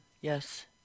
Yes